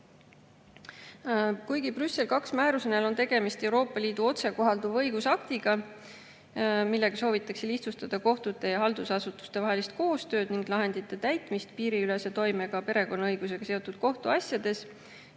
Kuigi Brüssel IIb määruse näol on tegemist Euroopa Liidu otsekohalduva õigusaktiga, millega soovitakse lihtsustada kohtute ja haldusasutuste koostööd ning lahendite täitmist piiriülese toimega perekonnaõigusega seotud kohtuasjades,